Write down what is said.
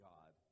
God